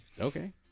Okay